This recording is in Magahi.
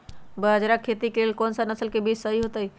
बाजरा खेती के लेल कोन सा नसल के बीज सही होतइ?